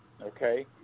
Okay